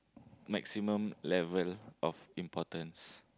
maximum level of importance